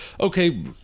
okay